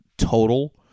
Total